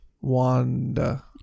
wanda